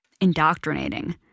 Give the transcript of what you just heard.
Indoctrinating